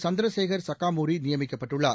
சந்திரசேகர் சக்காமூரி நியமிக்கப்பட்டுள்ளார்